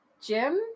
Jim